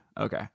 Okay